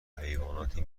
حیواناتی